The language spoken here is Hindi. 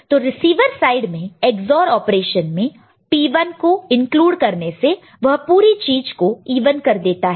तो रिसीवर साइड में EX OR ऑपरेशन में P1 को इंक्लूड करने से वह पूरे चीज को इवन कर देता है